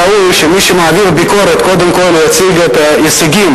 מן הראוי שמי שמעביר ביקורת קודם כול יציג את ההישגים